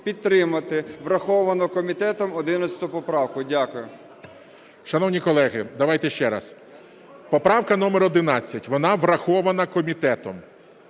підтримати враховану комітетом 11 поправку. Дякую. ГОЛОВУЮЧИЙ. Шановні колеги, давайте ще раз. Поправка номер 11, вона врахована комітетом.